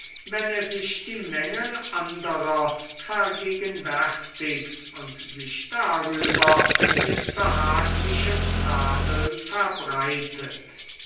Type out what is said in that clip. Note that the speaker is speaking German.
wenn er sich die mängel anderer vergegenwärtigt und sich darüber mit behaglichem tadel verbreitet